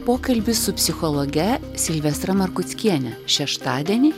pokalbis su psichologe silvestra markuckiene šeštadienį